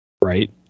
right